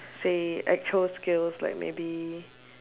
say actual skills like maybe